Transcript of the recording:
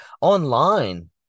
online